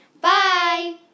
Bye